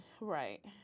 Right